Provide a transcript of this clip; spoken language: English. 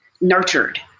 nurtured